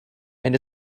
and